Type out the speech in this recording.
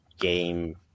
game